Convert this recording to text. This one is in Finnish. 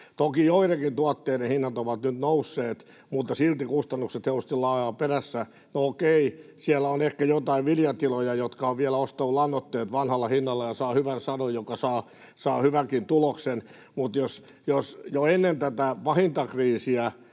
Toki joidenkin tuotteiden hinnat ovat nyt nousseet, mutta silti kustannukset reilusti laahaavat perässä. No okei, siellä on ehkä jotain viljatiloja, jotka ovat vielä ostaneet lannoitteet vanhalla hinnalla ja saavat hyvän sadon, jotka saavat hyvänkin tuloksen. Mutta jo ennen tätä pahinta kriisiä